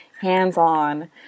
hands-on